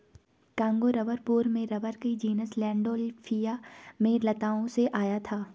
Congo rubber पूर्व में rubber का जीनस लैंडोल्फिया में लताओं से आया था